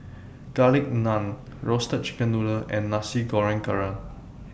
Garlic Naan Roasted Chicken Noodle and Nasi Goreng Kerang